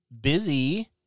busy